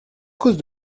cause